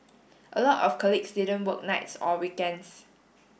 a lot of colleagues didn't work nights or weekends